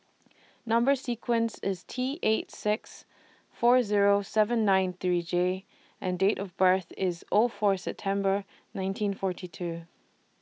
Number sequence IS T eight six four Zero seven nine three J and Date of birth IS O four September nineteen forty two